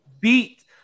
beat